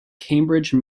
cambridge